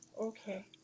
Okay